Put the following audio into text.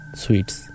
sweets